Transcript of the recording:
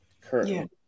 currently